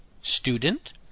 student